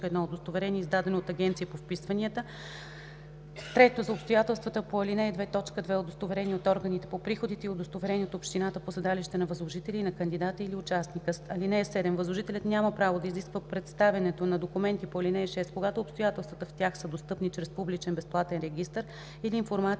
1 – удостоверение, издадено от Агенцията по вписванията; 3. за обстоятелството по ал. 2, т. 2 – удостоверение от органите по приходите и удостоверение от общината по седалището на възложителя и на кандидата или участника; (7) Възложителят няма право да изисква представянето на документите по ал. 6, когато обстоятелствата в тях са достъпни чрез публичен безплатен регистър или информацията,